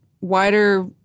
wider –